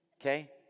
Okay